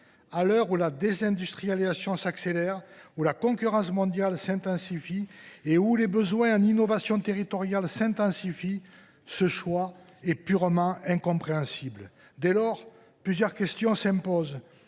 À l’heure où la désindustrialisation s’accélère, où la concurrence mondiale s’accroît et où les besoins en innovation territoriale s’intensifient, ce choix est purement incompréhensible. Dès lors, plusieurs questions se posent.